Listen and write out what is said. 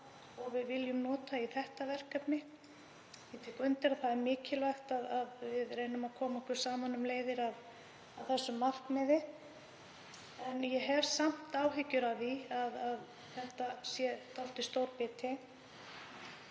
sem við viljum nota í þetta verkefni? Ég tek undir að það er mikilvægt að reynum að koma okkur saman um leiðir að þessu markmiði, en ég hef samt áhyggjur af því að þetta sé dálítið stór biti.